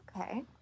Okay